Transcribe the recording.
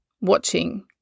watching